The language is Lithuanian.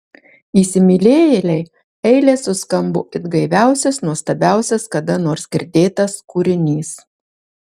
įsimylėjėlei eilės suskambo it gaiviausias nuostabiausias kada nors girdėtas kūrinys